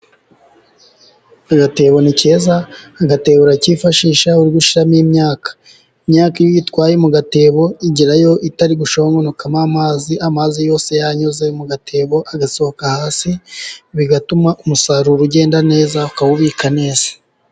Agatebo ni keza agatebo urakifashisha urigushiramo imyaka. Imyaka iyo uyitwaye mu gatebo igerayo itari gushongonokamo amazi, amazi yose yanyuze mu gatebo agasohoka hasi, bigatuma umusaruro ugenda neza ukawubika neza.